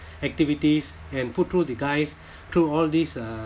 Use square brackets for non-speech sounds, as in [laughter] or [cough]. activities and put through the guys [breath] through all these uh